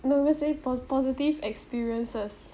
now let's say po~ positive experiences